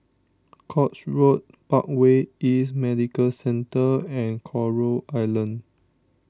Court Road Parkway East Medical Centre and Coral Island